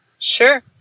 Sure